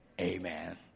Amen